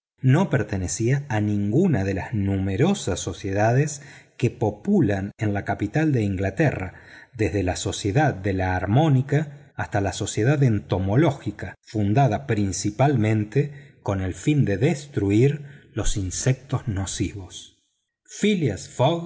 no pertenecía a ninguna de las numerosas sociedades que pueblan la capital de inglaterra desde la sociedad de la armónica hasta la sociedad entoniológica fundada principalmente con el fin de destruir los insectos nocivos phileas